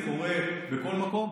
זה קורה בכל מקום.